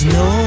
no